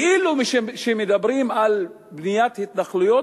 כשמדברים על בניית התנחלויות,